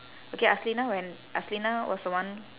okay aslinah when aslinah was the one